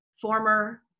former